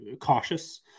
cautious